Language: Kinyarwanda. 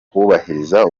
kubahiriza